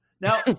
Now